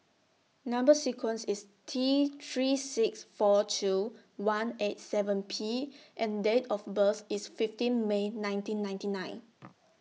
Number sequence IS T three six four two one eight seven P and Date of birth IS fifteen May nineteen ninety nine